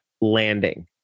landing